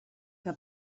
que